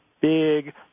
big